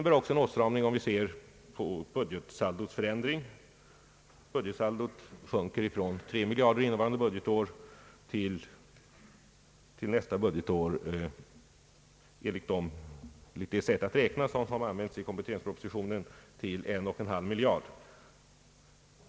Det är också en åtstramning om vi ser på budget saldots förändring. Budgetunderskottet sjunker från 3 miljarder kronor detta budgetår till 1,5 miljard nästa budgetår, enligt den redovisningsteknik som presenteras i kompletteringspropositionen.